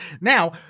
Now